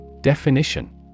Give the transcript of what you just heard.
Definition